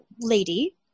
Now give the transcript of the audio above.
lady